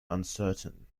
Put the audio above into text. uncertain